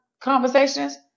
conversations